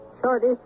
Shorty